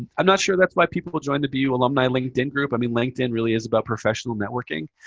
i'm not sure that's why people would join the bu alumni linkedin group. i mean, linkedin really is about professional networking.